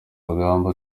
rugamba